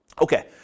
Okay